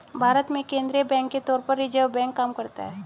भारत में केंद्रीय बैंक के तौर पर रिज़र्व बैंक काम करता है